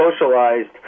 socialized